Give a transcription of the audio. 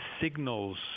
signals